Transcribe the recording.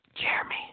Jeremy